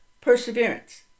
perseverance